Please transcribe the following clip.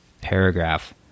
paragraph